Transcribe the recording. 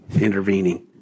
intervening